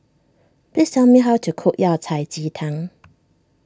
please tell me how to cook Yao Cai Ji Tang